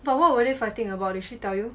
but what were they fighting about did she tell you